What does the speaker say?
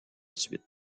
suite